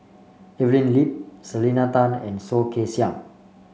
Evelyn Lip Selena Tan and Soh Kay Siang